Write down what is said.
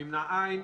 לא אושרה.